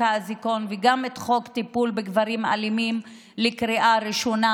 האזיקון וגם את חוק הטיפול בגברים אלימים לקריאה ראשונה,